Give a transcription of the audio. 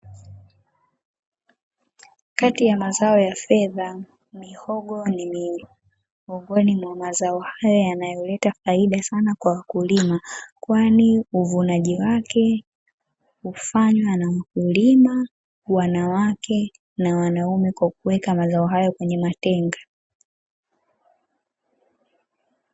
Kati ya mazao ya fedha; mihogo ni miongoni mwa mazao haya yanayoleta faida sana kwa wakulima, kwani uvunaji wake hufanywa na mkulima, wanawake na wanaume, kwa kuweka mazao hayo kwenye matenga .